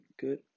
good